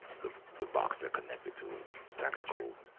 the, the box that connected to it. the tactical,